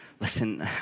Listen